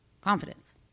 Confidence